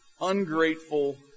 ungrateful